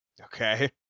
Okay